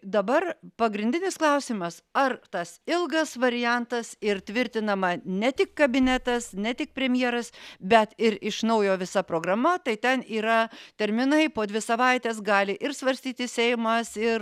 dabar pagrindinis klausimas ar tas ilgas variantas ir tvirtinama ne tik kabinetas ne tik premjeras bet ir iš naujo visa programa tai ten yra terminai po dvi savaites gali ir svarstyti seimas ir